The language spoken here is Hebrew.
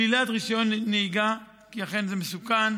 שלילת רישיון נהיגה, כי אכן זה מסוכן,